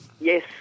Yes